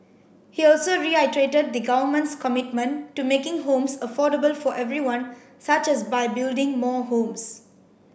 he also reiterated the Government's commitment to making homes affordable for everyone such as by building more homes